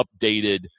updated